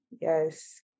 Yes